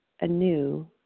anew